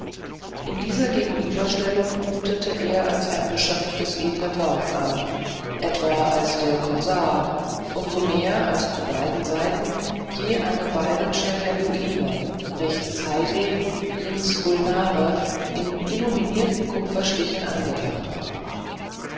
in dieser gegenüberstellung mutete er als ein geschöpf des edlen lords an etwa als der korsar um so mehr als zu beiden seiten je eine byronsche heroine rechts haide links gulnare in illuminierten kupferstichen angebracht war